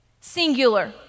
singular